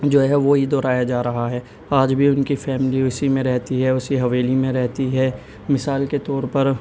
جو ہے وہی دہرایا جا رہا ہے آج بھی ان کی فیملی اسی میں رہتی ہے اسی حویلی میں رہتی ہے مثال کے طور پر